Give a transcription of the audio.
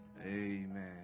Amen